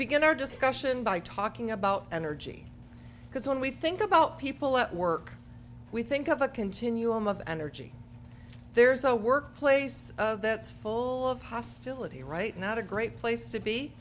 begin our discussion by talking about energy because when we think about people at work we think of a continuum of energy there's a workplace of that's full of hostility right not a great place to be